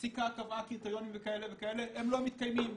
שהפסיקה קבעה קריטריונים כאלה וכאלה והם לא מתקיימים.